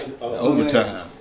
Overtime